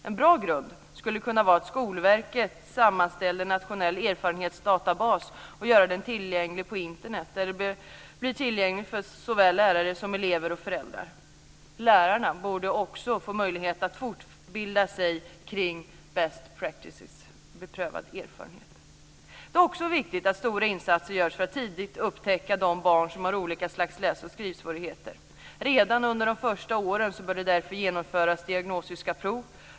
En bra grund skulle kunna vara att Skolverket sammanställer en nationell erfarenhetsdatabas och gör den tillgänglig på Internet, där den blir tillgänglig för såväl lärare som elever och föräldrar. Lärarna borde också få möjlighet att fortbilda sig kring best practices, beprövade erfarenheter. Det är också viktigt att stora insatser görs för att tidigt upptäcka de barn som har olika slags läs och skrivsvårigheter. Redan under de första åren bör det därför genomföras diagnostiska prov.